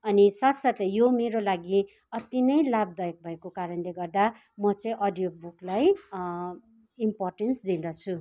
अनि साथ साथै यो मेरो लागि अति नै लाभदायक भएको कारणले गर्दा म चाहिँ अडियो बुकलाई इमपोर्टेन्स दिँदछु